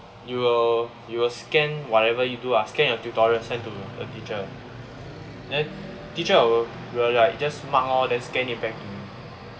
you will you will scan whatever you do ah scan your tutorial send to your teacher then teacher will will like just mark lor then scan it back to me